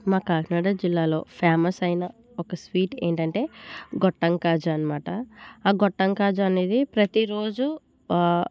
మా కాకినాడ జిల్లాలో ఫేమస్ అయిన ఒక స్వీట్ ఏంటంటే గొట్టం కాజా అన్నమాట ఆ గొట్టం కాజా అనేది ప్రతిరోజు